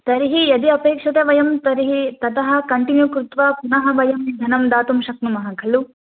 तर्हि यदि अपेक्षते वयं तर्हि ततः कण्टिन्यू कृत्वा पुनः वयं धनं दातुं शक्नुमः खलु